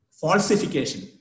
falsification